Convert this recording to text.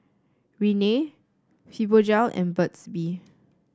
Rene Fibogel and Burt's Bee